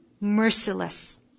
merciless